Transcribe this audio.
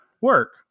work